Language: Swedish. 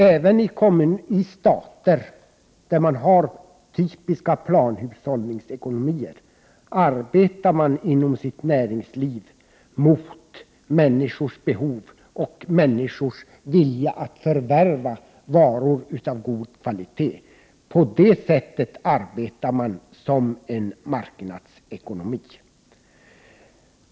Även i stater där man har typiska planhushållningsekonomier arbetar man inom sitt näringsliv för människors behov och människors vilja att förvärva varor av god kvalitet. I det avseendet arbetar man som en marknadsekonomi.